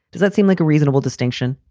does that seem like a reasonable distinction?